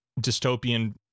dystopian